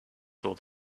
saw